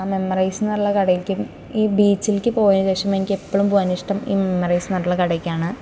ആ മെമ്മറൈസ് എന്നുള്ള കടയ്ക്കും ഈ ബീച്ചിലേക്ക് പോയ ശേഷം എനിക്ക് എപ്പോളും പോവാനിഷ്ടം ഈ മെമ്മറൈസ് എന്ന് പറഞ്ഞിട്ടുള്ള കടയ്ക്കാണ്